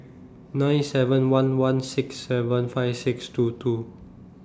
nine seven one one six seven five six two two